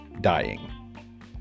dying